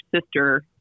sister